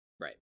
Right